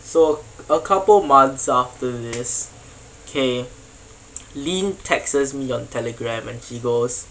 so a couple months after this K lynn texts me on telegram and she goes